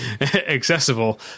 accessible